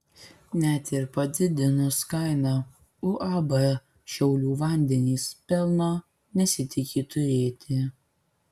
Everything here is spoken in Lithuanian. net ir padidinus kainą uab šiaulių vandenys pelno nesitiki turėti